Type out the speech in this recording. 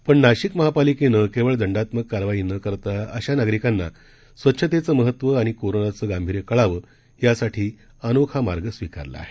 परंतुनाशिकमहापालिकेनंकेवळदंडात्मककारवाईनकरताअशानागरिकांनास्वच्छतेचंमहत्वआणिकोरोनाचंगांभीर्यकळावंयासाठीअनोखामार्ग स्वीकारलाआहे